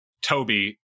Toby